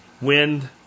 Wind